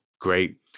great